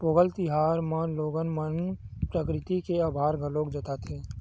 पोंगल तिहार म लोगन मन प्रकरिति के अभार घलोक जताथे